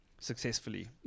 successfully